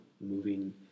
moving